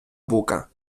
бука